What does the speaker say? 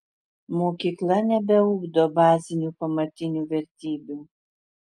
mokykla nebeugdo bazinių pamatinių vertybių